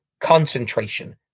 concentration